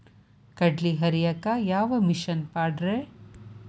ಕಡ್ಲಿ ಹರಿಯಾಕ ಯಾವ ಮಿಷನ್ ಪಾಡ್ರೇ?